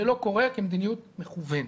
זה לא קורה כמדיניות מכוונת.